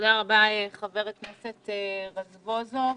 תודה רבה חבר הכנסת רזבוזוב.